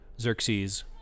Xerxes